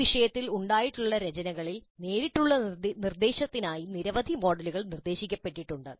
ഈ വിഷയത്തിൽ ഉണ്ടായിട്ടുള്ള രചനകളിൽ നേരിട്ടുള്ള നിർദ്ദേശത്തിനായി നിരവധി മോഡലുകൾ നിർദ്ദേശിക്കപ്പെട്ടിട്ടുണ്ട്